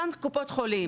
אותן קופות חולים,